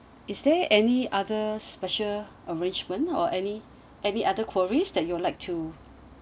is there any other special arrangement or any any other queries that you would like to